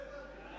סעיף 1 נתקבל.